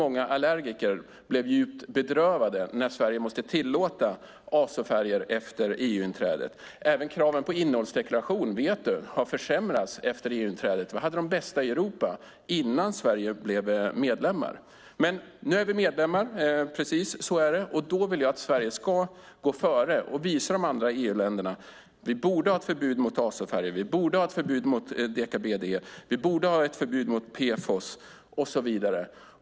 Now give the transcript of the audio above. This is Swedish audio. Många allergiker blev djupt bedrövade när Sverige måste tillåta azofärger efter EU-inträdet. Även kraven på innehållsdeklaration har försämrats efter EU-inträdet; det vet du. Sverige hade de bästa innehållsdeklarationerna i Europa innan vi blev medlem. Men nu är Sverige medlem. Så är det. Då vill jag att Sverige ska gå före och visa de andra EU-länderna. Vi borde ha ett förbud mot azofärger, vi borde ha ett förbud mot deka-BDE, vi borde ha ett förbud mot PFOS och så vidare.